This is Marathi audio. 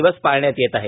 दिवस पाळण्यात येत आहे